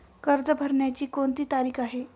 कर्ज भरण्याची कोणती तारीख आहे?